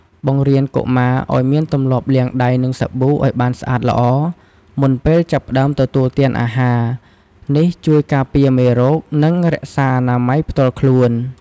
បង្រៀនកុមារឲ្យមានទម្លាប់លាងដៃនឹងសាប៊ូឲ្យបានស្អាតល្អ មុនពេលចាប់ផ្តើមទទួលទានអាហារ នេះជួយការពារមេរោគ និងរក្សាអនាម័យផ្ទាល់ខ្លួន។